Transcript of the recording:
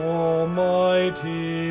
almighty